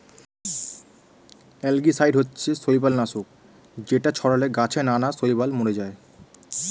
algicide হচ্ছে শৈবাল নাশক যেটা ছড়ালে গাছে নানা শৈবাল মরে যায়